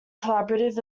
collaborative